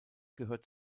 gehört